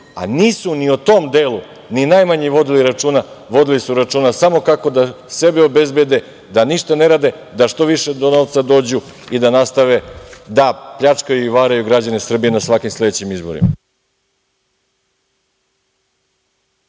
a nisu o tom delu ni najmanje vodili računa, vodili su računa samo kako da sebe obezbede da ništa ne rade, da što više do novca dođu i da nastave da pljačkaju i varaju građane Srbije na svakim sledećim izborima.